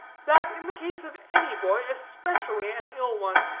that in the case of any boy, especially an ill one,